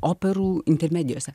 operų intermedijose